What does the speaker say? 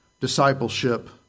discipleship